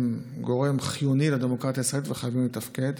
הם גורם חיוני לדמוקרטיה הישראלית וחייבים לתפקד.